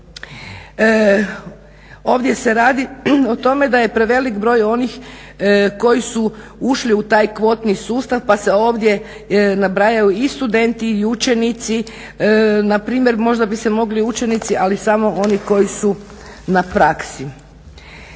ovdje se radi o tome da je prevelik broj onih koji su ušli u taj kvotni sustav pa se ovdje nabrajaju i studenti i učenici. Na primjer možda bi se mogli učenici ali samo oni koji su na praksi.